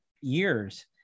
years